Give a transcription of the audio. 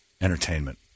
entertainment